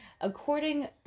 According